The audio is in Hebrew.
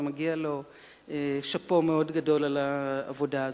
ומגיע לו "שאפו" מאוד גדול על העבודה הזאת.